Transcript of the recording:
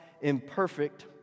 imperfect